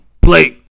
Blake